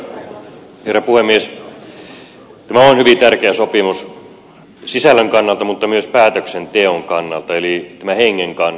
tämä on hyvin tärkeä sopimus sisällön kannalta mutta myös päätöksenteon kannalta eli tämän hengen kannalta